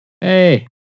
Hey